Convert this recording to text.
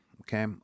okay